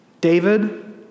David